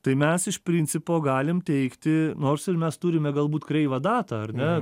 tai mes iš principo galim teigti nors ir mes turime galbūt kreivą datą ar ne